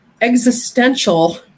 existential